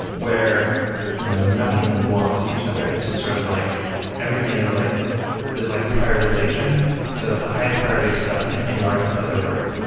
where you know nothing blocks each other. it's just sort of like everything is like and there's like prioritization so that the highest priority stuff can interrupt other work,